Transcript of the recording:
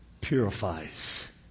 Purifies